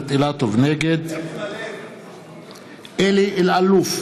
נגד אלי אלאלוף,